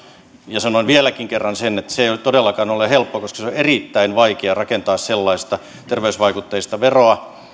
ja sanon vieläkin kerran sen että tehtävä ei todellakaan ole helppo koska on erittäin vaikea rakentaa sellaista terveysvaikutteista veroa